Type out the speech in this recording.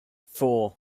four